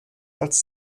als